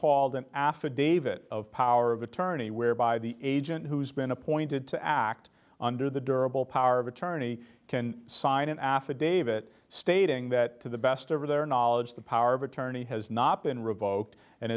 called an affidavit of power of attorney whereby the agent who's been appointed to act under the durable power of attorney can sign an affidavit stating that to the best over their knowledge the power of attorney has not been revoked and